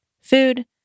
Food